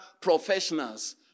professionals